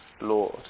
Lord